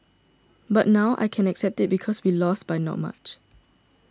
but now I can accept it because we lost by not much